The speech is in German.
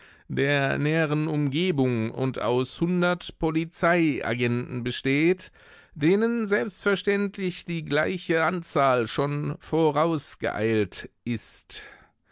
der näheren umgebung und aus hundert polizeiagenten besteht denen selbstverständlich die gleiche anzahl schon vorausgeeilt ist